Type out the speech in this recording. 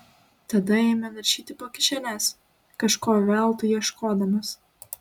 tada ėmė naršyti po kišenes kažko veltui ieškodamas